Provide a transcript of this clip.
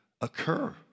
occur